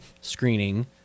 screening